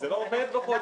זה לא עובד בחודש.